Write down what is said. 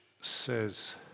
says